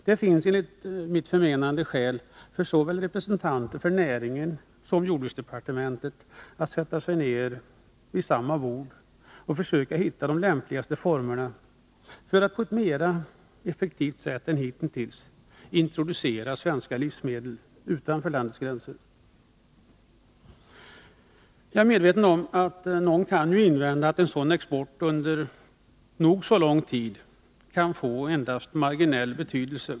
Det finns enligt mitt förmenande skäl för representanter för såväl näringen som jordbruksdepartementet att sätta sig ned vid samma bord och försöka finna de lämpligaste formerna för att på ett mer effektivt sätt än hitintills introducera svenska livsmedel utanför landets gränser. Jag är medveten om att någon kan invända att en sådan export under nog så lång tid kan få endast marginell betydelse.